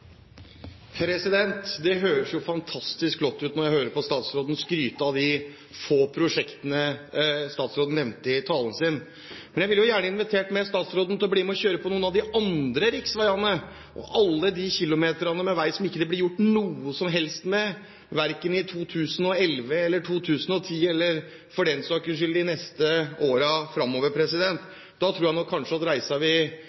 Det høres jo fantastisk flott ut når jeg hører statsråden skryte av de få prosjektene hun nevnte i talen sin. Men jeg ville gjerne ha invitert statsråden til å bli med og kjøre på noen av de andre riksveiene og alle de kilometerne med vei som det ikke blir gjort noe som helst med, verken i 2011 eller i 2010 – eller for den sakens skyld de neste